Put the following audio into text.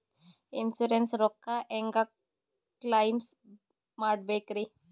Insurance ರೊಕ್ಕ ಹೆಂಗ claim ಮಾಡ್ಬೇಕ್ರಿ?